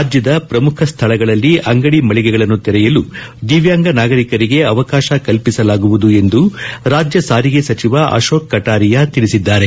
ರಾಜ್ಯದ ಪ್ರಮುಖ ಸ್ಥಳಗಳಲ್ಲಿ ಅಂಗಡಿ ಮಳಿಗೆಗಳನ್ನು ತೆರೆಯಲು ದಿವ್ಯಾಂಗ ನಾಗರೀಕರಿಗೆ ಅವಕಾಶ ಕಲ್ಪಿಸಲಾಗುವುದು ಎಂದು ರಾಜ್ಯ ಸಾರಿಗೆ ಸಚಿವ ಅಶೋಕ್ ಕಟಾರಿಯಾ ತಿಳಿಸಿದ್ದಾರೆ